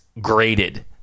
graded